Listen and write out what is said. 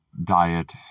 diet